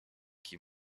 qui